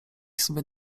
sobie